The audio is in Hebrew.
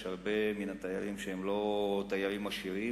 יש הרבה מהם שהם לא תיירים עשירים,